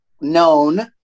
known